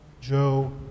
Joe